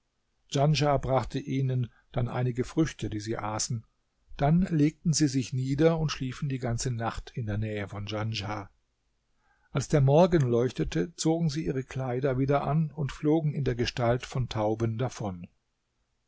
djanschah brachte ihnen dann einige früchte die sie aßen dann legten sie sich nieder und schliefen die ganze nacht in der nähe von djanschah als der morgen leuchtete zogen sie ihre kleider wieder an und flogen in der gestalt von tauben davon